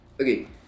Okay